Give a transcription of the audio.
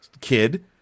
kid